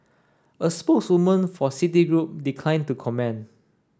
a spokeswoman for Citigroup decline to comment